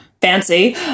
fancy